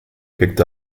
picked